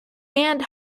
and